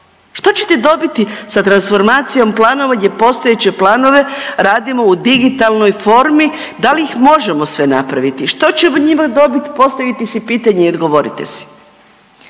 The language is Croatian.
Što ćete dobiti sa transformacijom planova gdje postojeće planove radimo u digitalnoj formi. Da li ih možemo sve napraviti? Što ćemo njima dobiti postavite si pitanje i odgovorite si?